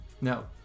no